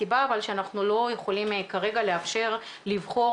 הסיבה שאנחנו לא יכולים כרגע לאפשר לבחור